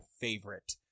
favorite